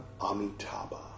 Amitabha